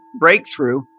Breakthrough